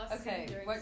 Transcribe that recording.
Okay